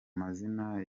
mazina